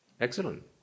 Excellent